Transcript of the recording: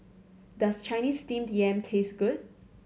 does Chinese Steamed Yam taste good